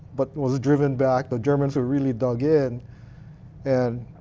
but was driven back. but germans were really dug in and